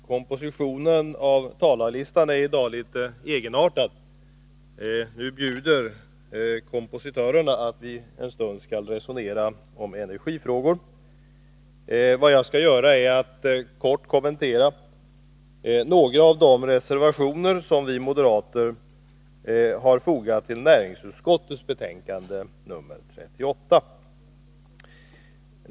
Herr talman! Kompositionen av talarlistan är i dag litet egenartad. Nu bjuder kompositörerna att vi en stund skall resonera om energifrågor. Vad jag skall göra är att kort kommentera några av de reservationer som vi moderater har fogat till näringsutskottets betänkande nr 38.